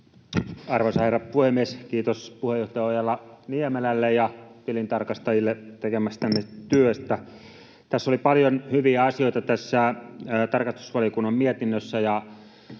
Arvoisa herra puhemies! Kiitos puheenjohtaja Ojala-Niemelälle ja tilintarkastajille tekemästänne työstä. Tässä tarkastusvaliokunnan mietinnössä